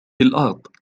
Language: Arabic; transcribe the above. الأرض